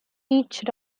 each